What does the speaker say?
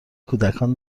کودکان